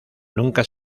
nunca